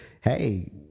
hey